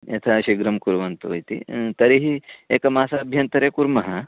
यथा शीघ्रं कुर्वन्तु इति तर्हि एकमासाभ्यन्तरे कुर्मः